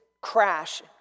crash